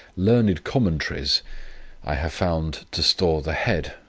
learned commentaries i have found to store the head,